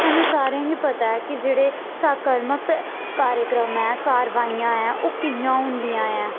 सानूं सारें गी पता ऐ कि जेह्ड़े साकर्मक कार्यक्रम ऐ कारवाइयां ऐ ओह् कि'यां होंदियां ऐ